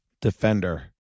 Defender